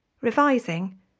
revising